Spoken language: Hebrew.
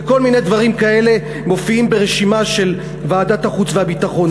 וכל מיני דברים כאלה מופיעים ברשימה של ועדת החוץ והביטחון.